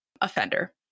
offender